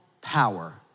power